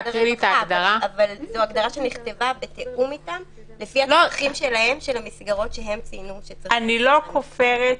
ההגדרה של מסגרת רווחה זה סעיף שנלקח בזמנו מצו בריאות העם.